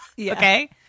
Okay